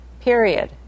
period